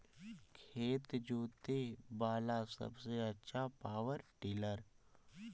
खेत जोते बाला सबसे आछा पॉवर टिलर?